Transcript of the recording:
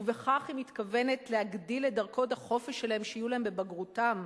ובכך היא מתכוונת להגדיל את דרגות החופש שיהיו להם בבגרותם,